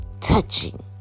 touching